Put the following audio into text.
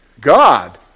God